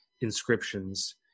inscriptions